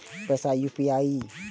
पैसा यू.पी.आई?